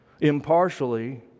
impartially